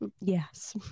yes